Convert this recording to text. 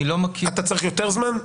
אתה צריך יותר זמן?